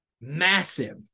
massive